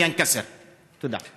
אחת דינם: להישבר.) תודה.